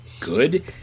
good